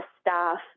staff